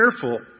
careful